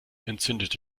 entzündete